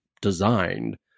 designed